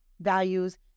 values